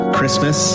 Christmas